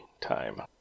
time